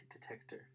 detector